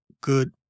good